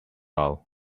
all